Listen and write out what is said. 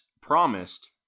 promised